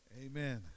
Amen